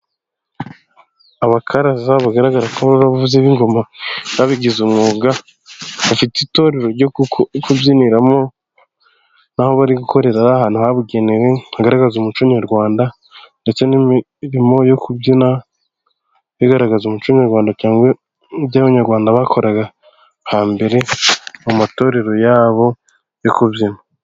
Abakaraza bagaragara ko ari abavuzi b'ingoma babigize umwuga, bafite itorero ryo kubyiniramo n'aho bari gukorera ahantu habugenewe, hagaragaza umuco nyarwanda ndetse n'imirimo yo kubyina, bigaragaza umuco nyarwanda cyangwa ibyo Abanyarwanda bakoraga hambere, mu matorero yabo yo kubyina.